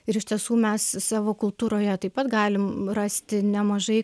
ir iš tiesų mes savo kultūroje taip pat galim rasti nemažai